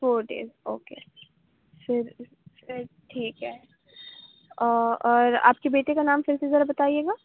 four days okay پھر ٹھیک ہے اور آپ کے بیٹے کا نام پھر سے ذرا بتائیے گا